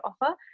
offer